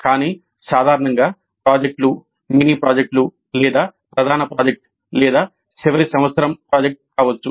కానీ సాధారణంగా ప్రాజెక్టులు మినీ ప్రాజెక్టులు లేదా ప్రధాన ప్రాజెక్ట్ లేదా చివరి సంవత్సరం ప్రాజెక్ట్ కావచ్చు